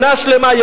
שנה שלמה.